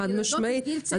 חד-משמעית.